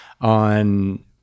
on